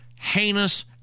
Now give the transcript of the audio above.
heinous